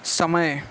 समय